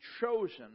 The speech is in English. chosen